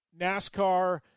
NASCAR